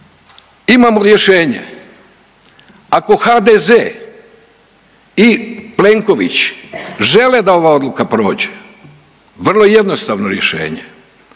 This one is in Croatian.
Imamo rješenje, ako HDZ i Plenković žele da ova odluka prođe, vrlo jednostavno rješenje,